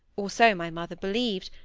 or so my mother believed,